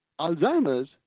Alzheimer's